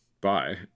Bye